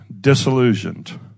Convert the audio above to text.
disillusioned